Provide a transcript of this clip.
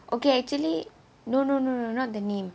okay actually no no no no not the name